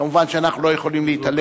כמובן שאנחנו לא יכולים להתעלם,